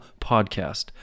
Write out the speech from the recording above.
podcast